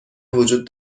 وجود